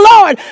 Lord